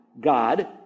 God